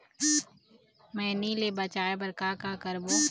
मैनी ले बचाए बर का का करबो?